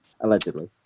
allegedly